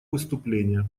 выступление